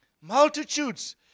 multitudes